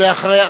ואחריו,